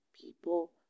people